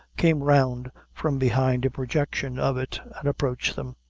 came round from behind a projection of it, and approached them.